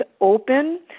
open